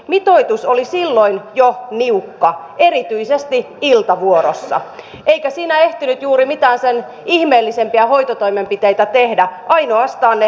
mitoitus oli silloin jo niukka erityisesti iltavuorossa eikä siinä ehtinyt juuri mitään sen ihmeellisempiä hoitotoimenpiteitä tehdä ainoastaan ne välttämättömät